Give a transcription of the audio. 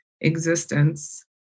existence